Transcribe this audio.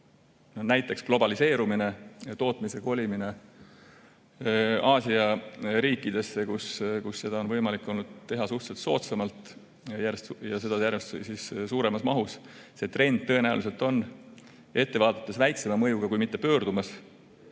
Näiteks globaliseerumine, tootmise kolimine Aasia riikidesse, kus on võimalik olnud toota suhteliselt soodsamalt ja seda järjest suuremas mahus. See trend tõenäoliselt on, kui ette vaadata, väiksema mõjuga, kui mitte pöördumas.